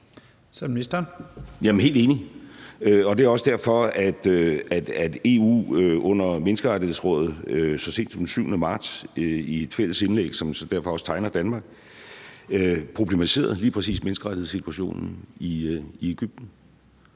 jeg er helt enig, og det er også derfor, at EU i Menneskerettighedsrådet så sent som den 7. marts i et fælles indlæg, som derfor også tegner Danmark, problematiserede lige præcis menneskerettighedssituationen i Egypten.